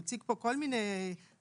הוא הציג פה כל מיני תקנים,